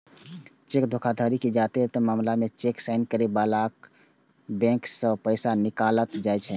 cheque धोखाधड़ीक जादेतर मामला मे चेक साइन करै बलाक बैंक सं पैसा निकालल जाइ छै